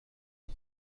کنم